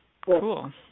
Cool